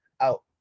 out